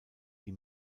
die